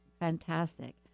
fantastic